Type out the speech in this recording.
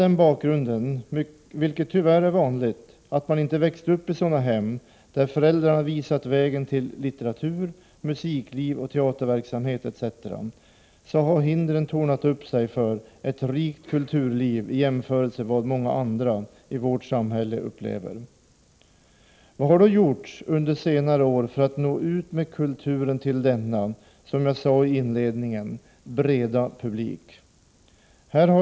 Har man vidare, vilket tyvärr är vanligt, inte växt upp i ett hem där föräldrarna visat vägen till litteratur, musikliv och teaterverksamhet etc., tornar hindren upp sig för deltagande i ett rikt kulturliv på ett annat sätt än vad som är fallet för många andra i vårt samhälle. Vad har då gjorts under senare år för att nå ut med kulturen till denna, som jag inledningsvis sade, breda publik?